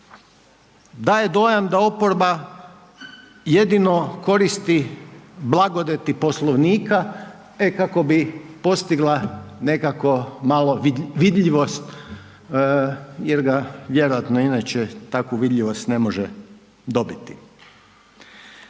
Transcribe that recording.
daje dojam da oporba jedino koristi blagodati Poslovnika e kako bi postigla nekako malo vidljivost jer ga vjerojatno inače takvu vidljivost ne može dobiti.